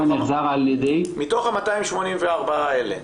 מתוך ה-284 האלה,